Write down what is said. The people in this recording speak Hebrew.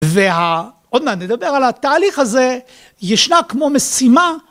וה... עוד מעט נדבר על התהליך הזה. ישנה כמו משימה